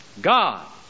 God